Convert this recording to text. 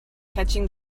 catching